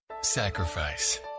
Sacrifice